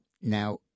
Now